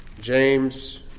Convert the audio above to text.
James